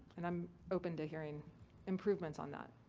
and i'm open to hearing improvements on that.